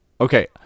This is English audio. Okay